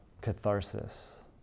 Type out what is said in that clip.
catharsis